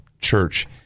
church